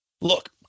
Look –